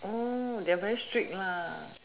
they are very strict